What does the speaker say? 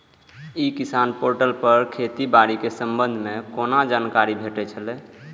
ई किसान पोर्टल पर खेती बाड़ी के संबंध में कोना जानकारी भेटय छल?